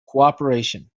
cooperation